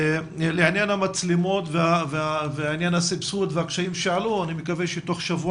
לעניין המצלמות והסבסוד והקשיים שהועלו אני מקווה שתוך שבוע